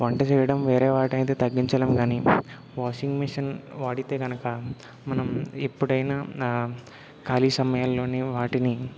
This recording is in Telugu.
వంట చేయడం వేరే వాటి అయితే తగ్గించలేం గానీ వాషింగ్ మిషన్ వాడితే గనుక మనం ఎప్పుడైనా ఖాళీ సమయాల్లోనే వాటిని